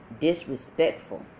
disrespectful